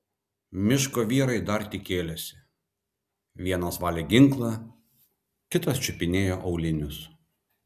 miško vyrai dar tik kėlėsi vienas valė ginklą kitas čiupinėjo aulinius